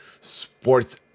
Sports